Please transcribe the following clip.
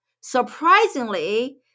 surprisingly